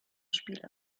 spiele